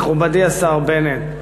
מכובדי השר בנט,